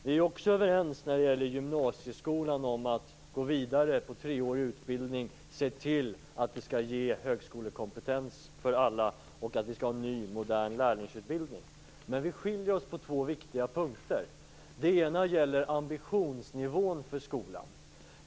När det gäller gymnasieskolan är vi också överens om att gå vidare med treårig utbildning, att se till att det ger högskolekompetens för alla och att vi skall ha en ny modern lärlingsutbildning. Men vi skiljer oss åt på två punkter. Den ena gäller ambitionsnivån för skolan.